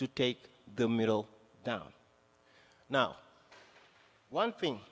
to take the middle down now one thing